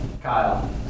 Kyle